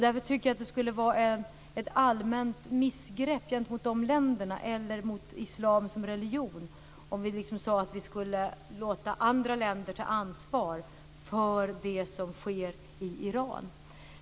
Därför tycker jag att det skulle vara ett allmänt missgrepp gentemot de länderna eller mot islam som religion om vi skulle låta andra länder ta ansvar för det som sker i Iran.